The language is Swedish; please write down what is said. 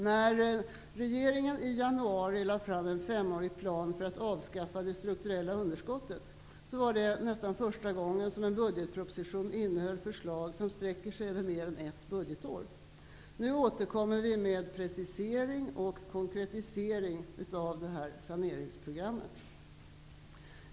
När regeringen i januari lade fram en femårig plan för att avskaffa det strukturella underskottet var det första gången som en budgetproposition innehöll förslag som sträcker sig över mer än ett budgetår. Nu återkommer vi med precisering och konkretisering av saneringsprogrammet.